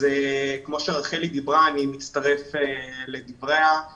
אני מצטרף לדבריה של רחלי.